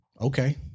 Okay